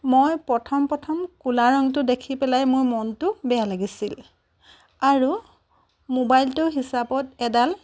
মই প্ৰথম প্ৰথম ক'লা ৰঙটো দেখি পেলাই মই মনটো বেয়া লাগিছিল আৰু ম'বাইলটো হিচাপত এডাল